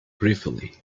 ruefully